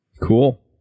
cool